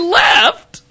left